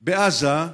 בעזה,